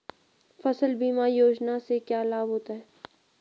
फसल बीमा योजना से क्या लाभ होता है?